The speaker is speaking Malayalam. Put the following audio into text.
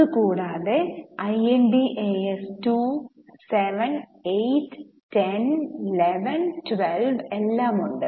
ഇത് കൂടാതെ Ind AS 2 7 8 10 11 12 എല്ലാം ഉണ്ട്